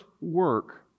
work